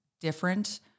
different